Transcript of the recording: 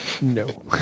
No